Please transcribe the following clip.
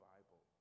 Bible